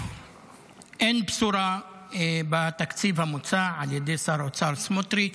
אין בשורה בתקציב המוצע על ידי שר האוצר סמוטריץ'.